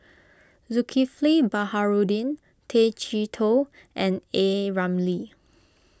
Zulkifli Baharudin Tay Chee Toh and A Ramli